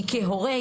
כי כהורה,